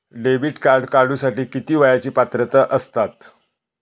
Debit card काढूसाठी किती वयाची पात्रता असतात?